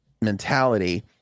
mentality